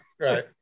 right